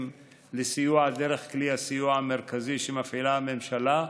לסיוע דרך כלי הסיוע המרכזי שמפעילה הממשלה,